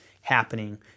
happening